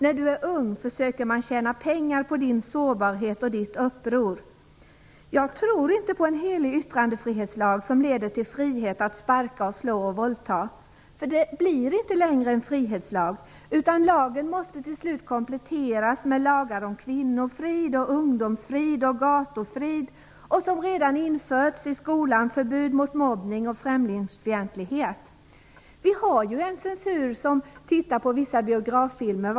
När du är ung försöker man tjäna pengar på din sårbarhet och ditt uppror. Jag tror inte på en helig yttrandefrihetslag som leder till frihet att sparka och slå och våldta. Det blir inte längre en frihetslag utan lagen måste till slut kompletteras med lagar om kvinnofrid, ungdomsfrid och gatufrid och förbud mot mobbning och främlingsfientlighet, som redan införts i skolan. Vi har ju en censur som tittar på vissa biograffilmer.